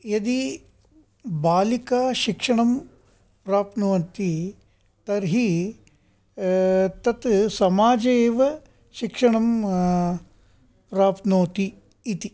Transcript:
यदि बालिका शिक्षणं प्राप्नोति तर्हि तत् समाजे एव शिक्षणं प्राप्नोति इति